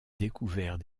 découvert